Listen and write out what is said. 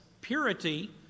purity